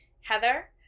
Heather